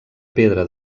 pedra